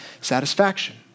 satisfaction